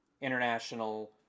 international